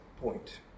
point